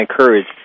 encourage